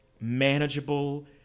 manageable